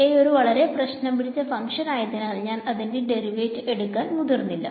A ഒരു വളരെ പ്രശ്നം പിടിച്ച ഫങ്ക്ഷൻ ആയതിനാൽ ഞാൻ അതിന്റെ ഡെറിവറ്റീവ് എടുക്കാൻ മുതിർന്നില്ല